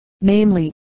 Namely